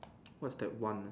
what's that one nah